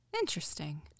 Interesting